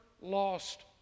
lost